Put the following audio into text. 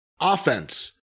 offense